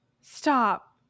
Stop